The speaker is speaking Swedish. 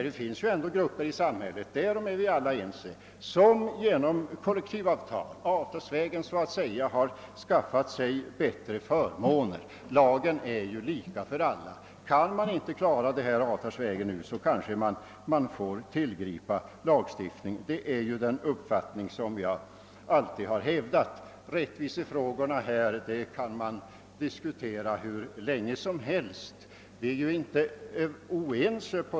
Det finns ju ändå grupper i samhället som genom kollektivavtal har kunnat skaffa sig bättre förmåner. Och eftersom lagen är lika för alla kanske vi får tillgripa lagstiftningsvägen, om man inte kan lösa problemen avtalsvägen. Det är en uppfattning som jag alltid har hävdat. Rättvisefrågan kan man diskutera hur länge som helst; men där råder ingen oenighet.